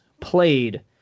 played